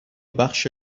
بخش